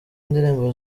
ndirimbo